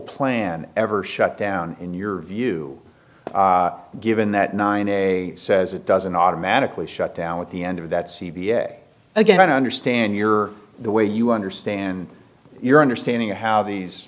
plan ever shut down in your view given that nine a says it doesn't automatically shut down at the end of that c b s again i don't understand your the way you understand your understanding of how these